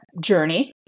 journey